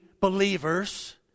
believers